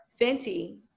Fenty